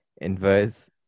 inverse